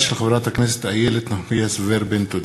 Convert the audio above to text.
תודה.